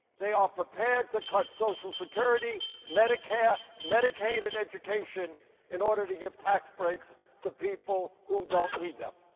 they are prepared to cut social security, medicare, medicaid, and education in order to give tax breaks to people who don't need them.